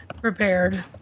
prepared